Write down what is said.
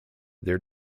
their